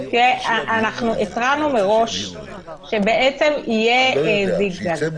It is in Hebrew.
אנחנו התרענו מראש שיהיה זיג זג,